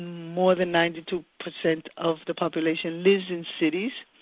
more than ninety two percent of the population lives in cities,